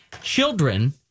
children